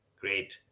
Great